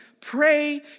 Pray